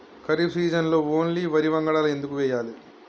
ఖరీఫ్ సీజన్లో ఓన్లీ వరి వంగడాలు ఎందుకు వేయాలి?